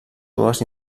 dues